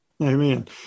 Amen